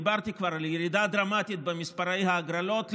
דיברתי כבר על ירידה דרמטית במספרי ההגרלות.